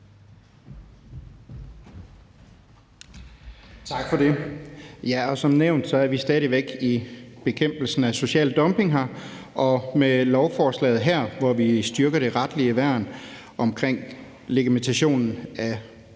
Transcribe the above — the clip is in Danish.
Tak for det. Som nævnt er vi stadig væk i gang med bekæmpelsen af social dumping, og med lovforslaget her, hvor vi støtter det retlige værn omkring legitimation af